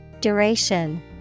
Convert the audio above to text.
Duration